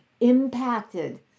impacted